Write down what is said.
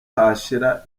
hashira